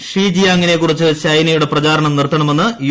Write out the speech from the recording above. Xi ജിയാങ്ങിനെക്കുറിച്ച് ചൈനയുടെ പ്രചാരണം നിർത്തണമെന്ന് യു